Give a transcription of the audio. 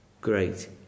great